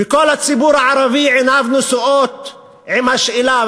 וכל הציבור הערבי עיניו נשואות בשאלה,